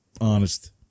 honest